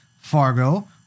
Fargo